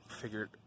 figured